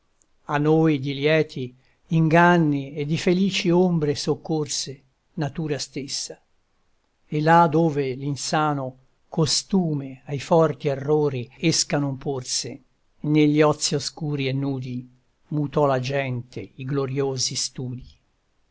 a noi di lieti inganni e di felici ombre soccorse natura stessa e là dove l'insano costume ai forti errori esca non porse negli ozi oscuri e nudi mutò la gente i gloriosi studi